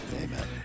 Amen